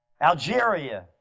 Algeria